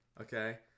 okay